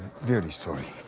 very sorry.